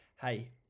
hey